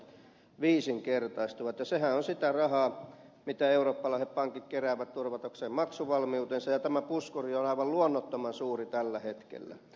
sehän on sitä rahaa mitä eurooppalaiset pankit keräävät turvatakseen maksuvalmiutensa ja tämä puskuri on aivan luonnottoman suuri tällä hetkellä